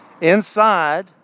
Inside